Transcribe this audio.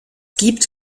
gibt